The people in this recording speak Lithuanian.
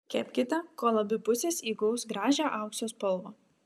kepkite kol abi pusės įgaus gražią aukso spalvą